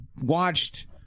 watched